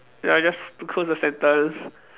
ya I just close the sentence